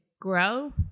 grow